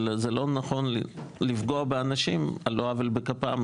אבל זה לא נכון לפגוע באנשים על לא עוול בכפם,